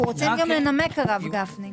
אנחנו רוצים גם לנמק, הרב גפני.